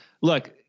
Look